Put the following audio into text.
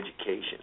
education